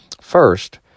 First